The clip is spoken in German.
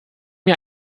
mir